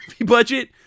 budget